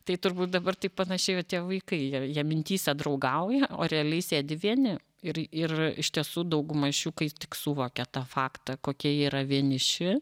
tai turbūt dabar taip panašiai va tie vaikai jie jie mintyse draugauja o realiai sėdi vieni ir ir iš tiesų dauguma iš jų kai tik suvokia tą faktą kokie jie yra vieniši